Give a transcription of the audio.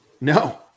No